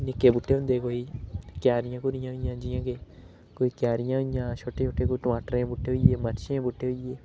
निक्के बूह्टें होंदे कोई क्यारियां क्यूरियां होई गेइयां जियां के कोई क्यारियां होई गेइयां छोटे छोटे कोई टमाटर दे बूह्टे होई गे मरचें दे बूह्टे होई गे